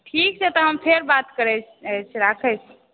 ठीक छै तऽ हम फेर बात करै छी राखै छी